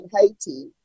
Haiti